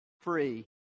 free